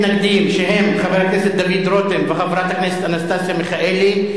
שהם חבר הכנסת דוד רותם וחברת הכנסת אנסטסיה מיכאלי.